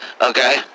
okay